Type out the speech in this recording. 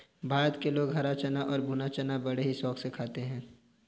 भारत में लोग हरा चना और भुना चना बड़े ही शौक से खाते हैं